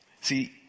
See